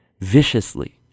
viciously